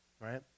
right